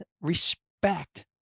respect